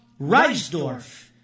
Reisdorf